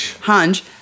Hunch